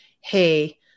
hey